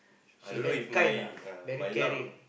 I don't know if my uh my luck